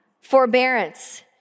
forbearance